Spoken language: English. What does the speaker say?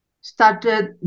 started